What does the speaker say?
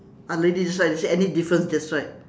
ah lady that side you see any difference that side